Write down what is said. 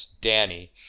Danny